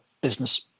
business